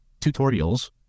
tutorials